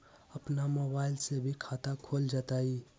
अपन मोबाइल से भी खाता खोल जताईं?